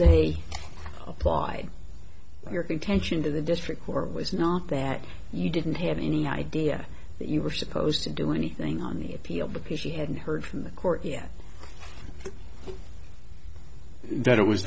state applied your contention to the district or was not that you didn't have any idea that you were supposed to do anything on the appeal because she hadn't heard from the court yet that it was